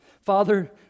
Father